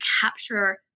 capture